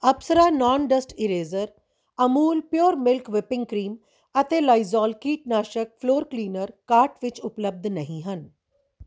Apsara non dust eraser Amul pure milk whipping cream ਅਤੇ Lysol ਕੀਟਨਾਸ਼ਕ floor cleaner cart ਵਿੱਚ ਉਪਲੱਬਧ ਨਹੀਂ ਹਨ